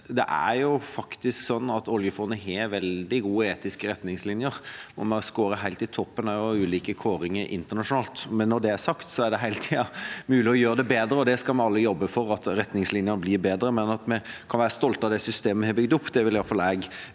at det faktisk er sånn at oljefondet har veldig gode etiske retningslinjer, og vi scorer også helt i toppen av ulike kåringer internasjonalt. Når det er sagt, er det hele tida mulig å gjøre det bedre. Vi skal alle jobbe for at retningslinjene blir bedre, men at vi kan være stolte av det systemet vi har bygd opp, vil iallfall